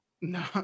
no